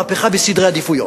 מהפכה בסדרי עדיפויות.